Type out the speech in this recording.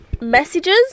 Messages